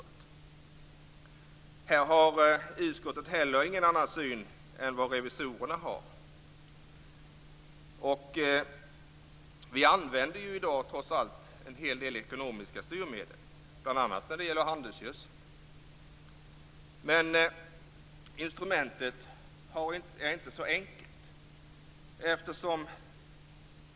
Inte heller här har utskottet någon annan uppfattning än revisorerna. I dag använder vi en hel del ekonomiska styrmedel, bl.a. när det gäller handelsgödsel. Instrumentet är dock inte så enkelt.